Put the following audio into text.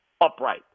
upright